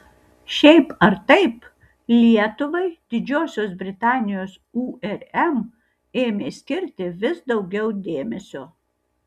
šiaip ar taip lietuvai didžiosios britanijos urm ėmė skirti vis daugiau dėmesio